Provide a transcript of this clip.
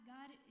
God